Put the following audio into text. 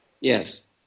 Yes